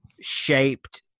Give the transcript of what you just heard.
shaped